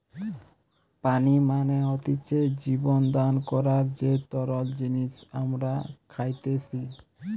পানি মানে হতিছে জীবন দান করার যে তরল জিনিস আমরা খাইতেসি